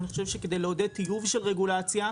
אני חושב שכדי לעודד טיוב של רגולציה,